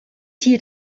hier